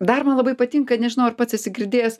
dar man labai patinka nežinau ar pats esi girdėjęs